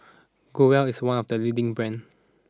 Growell is one of the leading brands